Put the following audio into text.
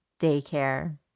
daycare